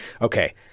okay